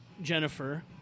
Jennifer